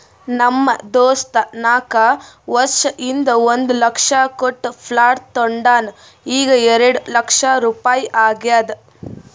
ನಮ್ ದೋಸ್ತ ನಾಕ್ ವರ್ಷ ಹಿಂದ್ ಒಂದ್ ಲಕ್ಷ ಕೊಟ್ಟ ಪ್ಲಾಟ್ ತೊಂಡಾನ ಈಗ್ಎರೆಡ್ ಲಕ್ಷ ರುಪಾಯಿ ಆಗ್ಯಾದ್